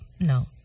No